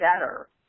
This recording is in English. better